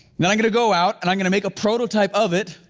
now, i'm gonna go out and i'm gonna make a prototype of it,